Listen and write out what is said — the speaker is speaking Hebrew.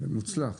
מוצלח.